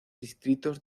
distritos